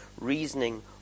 reasoning